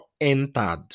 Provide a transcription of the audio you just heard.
entered